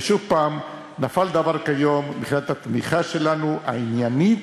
ושוב, נפל דבר כיום מבחינת התמיכה שלנו, העניינית,